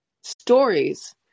stories